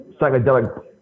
psychedelic